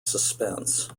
suspense